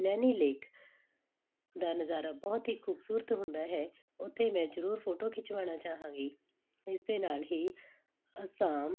Naini lake ਦਾ ਨਜ਼ਾਰਾ ਬਹੁਤ ਹੀ ਖੂਬਸੂਰਤ ਹੁੰਦਾ ਹੈ ਉੱਥੇ ਮੈਂ ਜ਼ਰੂਰ ਫੋਟੋ ਖਿਚਵਾਉਣਾ ਚਾਹਾਂਗੀ ਇਸ ਦੇ ਨਾਲ ਹੀ ਅਸਾਮ